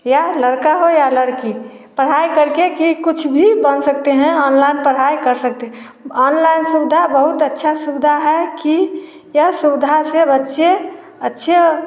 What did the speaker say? या लड़का हो या लड़की पढ़ाई करके की कुछ भी बन सकते हैं ऑनलाइन पढ़ाई कर सकते है ऑनलाइन सुविधा बहुत अच्छा सुविधा है की यह सुविधा से बच्चे अच्छे